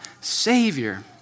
savior